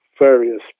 various